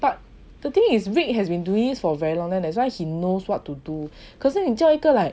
but the thing is vick has been doing it for very long then so he knows what to do 可是你叫一个 like